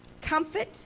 comfort